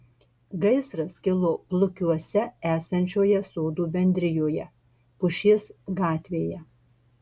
gaisras kilo plukiuose esančioje sodų bendrijoje pušies gatvėje